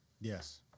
Yes